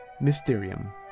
Mysterium